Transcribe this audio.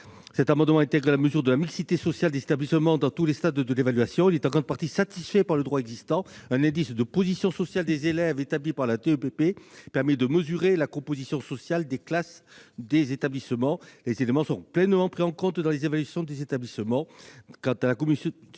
qui vise à intégrer la mesure de la mixité sociale des établissements à tous les stades de l'évaluation, est en grande partie satisfait par le droit existant : un indice de position sociale des élèves, établi par la DEPP, permet de mesurer la composition sociale des classes et des établissements. Ces éléments seront pleinement pris en compte dans les évaluations d'établissement.